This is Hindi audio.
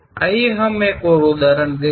आइए हम एक और उदाहरण देखें